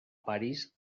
parís